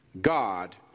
God